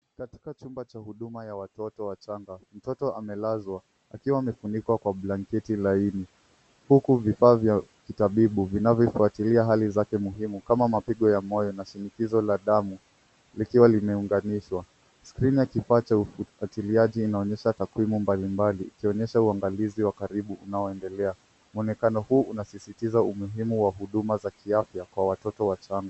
Katika chumba cha huduma ya watoto wachanga, mtoto amelazwa akiwa amefunikwa kwa blanketi laini huku vifaa vya kitabibu vinavyofuatilia hali zake muhimu kama mapigo ya moyo na shinikizo la damu likiwa limeunganishwa. Skrini ya kifaa cha ufuatiliaji inaonyesha takwimu mbalimbali zaonyesha uangalizi wa karibu unaoendelea. Mwonekano huu unasisitiza umuhimu wa huduma za kiafya kwa watoto wachanga.